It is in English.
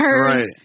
Right